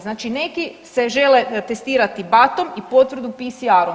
Znači neki se žele testirati BAT-om i potvrdu PCR-om.